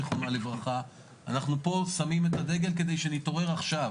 זיכרונה לברכה אנחנו פה שמים את הדגל כדי שנתעורר עכשיו,